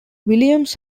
williams